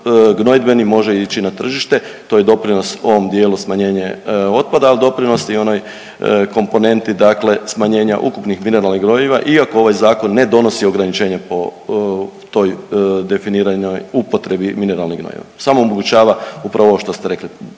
gnojidbeni može ići na tržište. To je doprinos ovom dijelu smanjenje otpada, ali doprinosi onoj komponenti dakle smanjenja ukupnih mineralnih gnojiva, iako ovaj zakon ne donosi ograničenje po toj definiranoj upotrebi mineralnih gnojiva samo omogućava upravo ovo što ste rekli